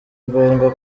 ngombwa